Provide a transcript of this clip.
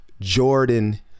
Jordan